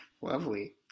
Lovely